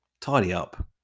tidy-up